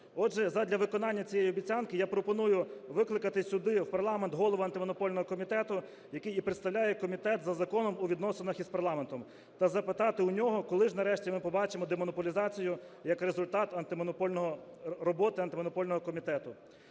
Отже, задля виконання цієї обіцянки я пропоную викликати сюди, в парламент, Голову Антимонопольного комітету, який представляє комітет за законом у відносинах з парламентом, та запитати у нього, коли ж нарешті ми побачимо демонополізацію як результат роботи Антимонопольного комітету.